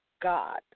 God